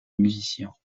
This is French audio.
musicien